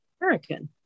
american